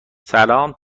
سلام